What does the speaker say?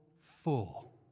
full